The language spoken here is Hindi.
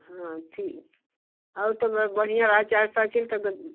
हाँ ठीक और तुम एक बढ़िया और चाहें साइकिल तो